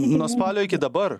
nuo spalio iki dabar